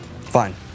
Fine